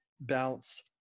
bounce